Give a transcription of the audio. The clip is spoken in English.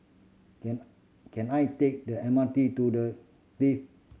can can I take the M R T to The Clift